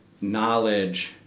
knowledge